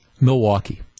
Milwaukee